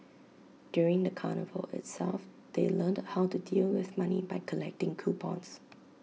during the carnival itself they learnt how to deal with money by collecting coupons